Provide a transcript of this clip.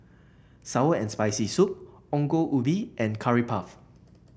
sour and Spicy Soup Ongol Ubi and Curry Puff